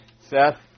Seth